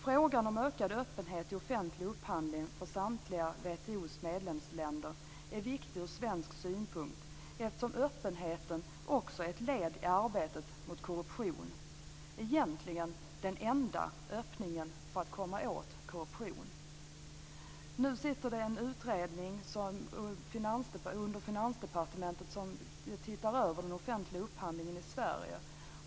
Frågan om ökad öppenhet i offentlig upphandling för samtliga WTO:s medlemsländer är viktig ur svensk synpunkt, eftersom öppenheten också är ett led i arbetet mot korruption - egentligen den enda öppningen för att komma åt korruption. Nu finns det en utredning under Finansdepartementet som ser över den offentliga upphandlingen i Sverige.